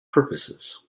purposes